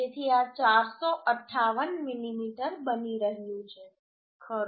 તેથી આ 458 મીમી બની રહ્યું છે ખરું